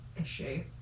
issue